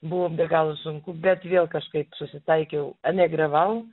buvo be galo sunku bet vėl kažkaip susitaikiau emigravau